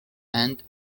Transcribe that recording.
and